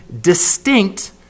distinct